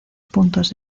puntos